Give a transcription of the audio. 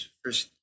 first